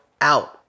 out